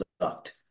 sucked